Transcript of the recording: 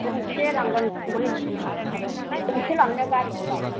गंबेसे लांगोन गंब्रै गंबेसे लांनो गारिखौलाय